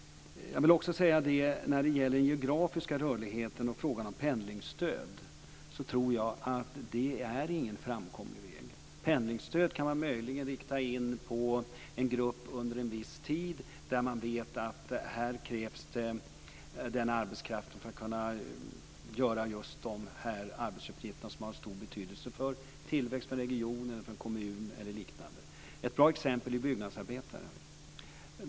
Jag vill också säga något om den geografiska rörligheten och frågan om pendlingsstöd. Jag tror inte att det är en framkomlig väg. Pendlingsstöd kan man möjligen rikta in på en grupp under en viss tid om man vet att denna arbetskraft krävs för att kunna lösa vissa särskilda arbetsuppgifter som har stor betydelse för tillväxten i en region, en kommun eller liknande. Ett bra exempel är byggnadsarbetare.